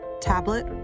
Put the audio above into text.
tablet